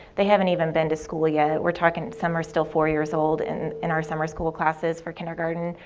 they haven't even been to school yet, we're talking some are still four years old in in our summer school classes for kindergarten,